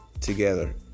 together